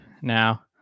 now